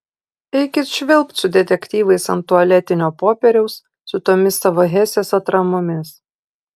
eikit švilpt su detektyvais ant tualetinio popieriaus su tomis savo hesės atramomis